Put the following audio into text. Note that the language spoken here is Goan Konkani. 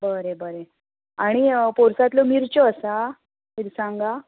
बरें बरें आनी पोरसांतल्यो मिर्च्यो आसा मिरसांगा